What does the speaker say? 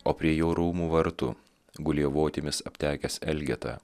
o prie jo rūmų vartų gulėjo votimis aptekęs elgeta